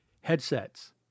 headsets